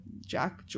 jack